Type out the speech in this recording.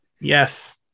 Yes